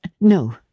no